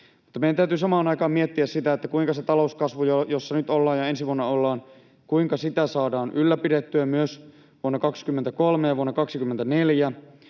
Meidän täytyy samaan aikaan miettiä sitä, kuinka sitä talouskasvua, jossa ollaan nyt ja ollaan ensi vuonna, saadaan ylläpidettyä myös vuonna 23 ja vuonna 24.